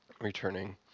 returning